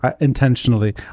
intentionally